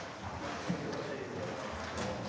tak.